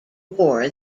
war